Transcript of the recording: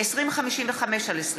2055/20,